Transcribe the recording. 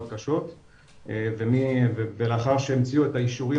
מאוד קשות ולאחר שהמציאו את האישורים